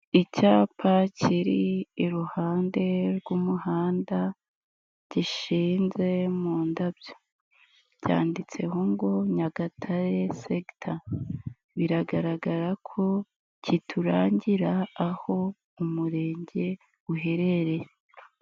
Icyapa kiri iruhande rw'umuhanda, gishinze mu ndabyo, cyanditseho ngo Nyagatare segita, biragaragara ko kiturangira aho umurenge uherereye.